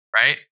right